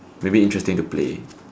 maybe interesting to play